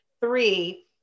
three